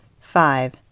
five